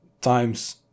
times